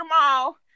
mall